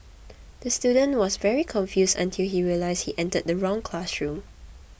the student was very confused until he realised he entered the wrong classroom